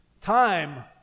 time